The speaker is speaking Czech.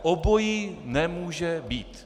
Obojí nemůže být.